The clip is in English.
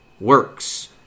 works